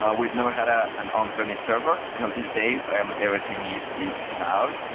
ah we'd never had ah an on-premise server till this day. um everything is is cloud.